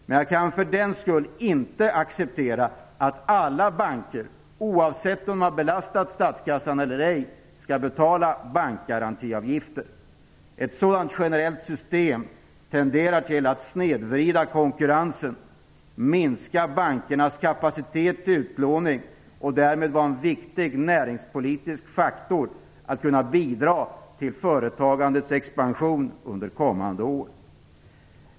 Men jag kan för den skull inte acceptera att alla banker, oavsett om de har belastat statskassan eller ej, skall betala bankgarantiavgifter. Ett sådant generellt system tenderar till att snedvrida konkurrensen och minska bankernas kapacitet till utlåning och att därmed vara en viktig näringspolitisk faktor för att kunna bidra till företagandets expansion under kommande år.